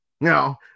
Now